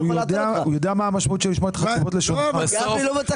אני רוצה